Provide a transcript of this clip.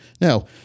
Now